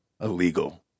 Illegal